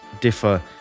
differ